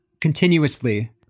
continuously